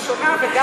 וגם,